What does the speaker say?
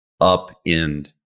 upend